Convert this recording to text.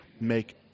make